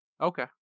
Okay